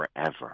forever